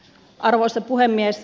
arvoisa puhemies